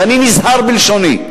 ואני נזהר בלשוני.